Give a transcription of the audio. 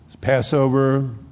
Passover